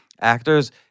actors